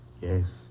Yes